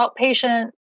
outpatient